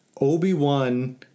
Obi-Wan